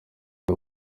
aho